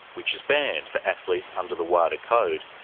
which is banned for athletes under the wada code.